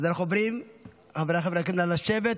חבריי חברי הכנסת, נא לשבת.